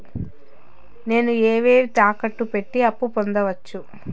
నేను ఏవేవి తాకట్టు పెట్టి అప్పు పొందవచ్చు?